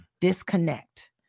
disconnect